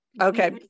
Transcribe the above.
Okay